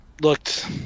looked